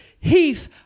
Heath